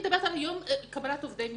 על קבלת עובדי משרד.